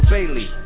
Bailey